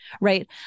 Right